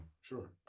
sure